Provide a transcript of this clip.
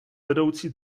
vedoucí